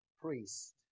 priest